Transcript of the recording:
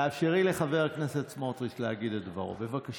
תאפשרי לחבר הכנסת סמוטריץ' להגיד את דברו, בבקשה.